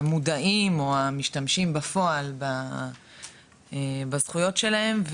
המודעים או המשתמשים בפועל בזכויות שלהם,